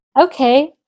Okay